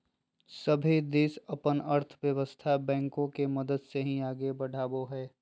सभे देश अपन अर्थव्यवस्था बैंको के मदद से ही आगे बढ़ावो हय